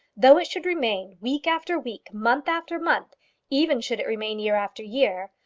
though it should remain week after week, month after month even should it remain year after year,